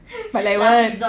but like what